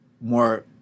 more